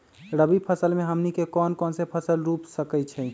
रबी फसल में हमनी के कौन कौन से फसल रूप सकैछि?